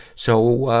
so, ah,